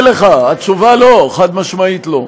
אני עונה לך, התשובה: לא, חד-משמעית לא.